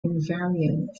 invariant